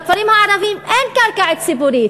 בכפרים הערביים אין קרקע ציבורית.